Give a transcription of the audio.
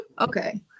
Okay